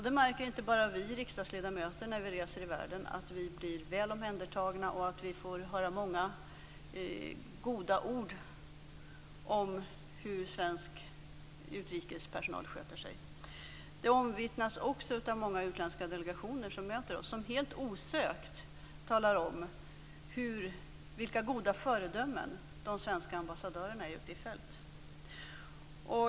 Det märker inte bara vi riksdagsledamöter när vi reser i världen, då vi blir väl omhändertagna och får höra många goda ord om hur svensk utrikespersonal sköter sig, utan det omvittnas också av många utländska delegationer som möter oss och som helt osökt talar om vilka goda föredömen de svenska ambassadörerna är ute i fält.